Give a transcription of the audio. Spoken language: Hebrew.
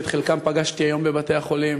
ואת חלקם פגשתי היום בבתי-החולים,